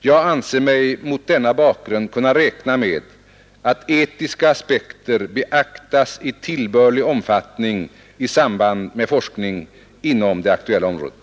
Jag anser mig mot denna bakgrund kunna räkna med att etiska aspekter beaktas i tillbörlig omfattning i samband med forskning inom det aktuella området.